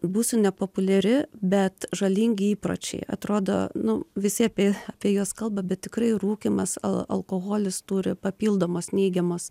būsiu nepopuliari bet žalingi įpročiai atrodo nu visi apie apie juos kalba bet tikrai rūkymas alkoholis turi papildomos neigiamos